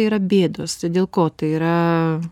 yra bėdos dėl ko tai yra